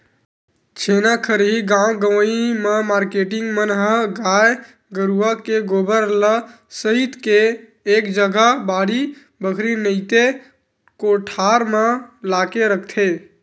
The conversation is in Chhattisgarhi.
छेना खरही गाँव गंवई म मारकेटिंग मन ह गाय गरुवा के गोबर ल सइत के एक जगा बाड़ी बखरी नइते कोठार म लाके रखथे